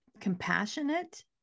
compassionate